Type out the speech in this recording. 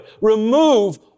Remove